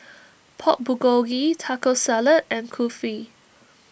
Pork Bulgogi Taco Salad and Kulfi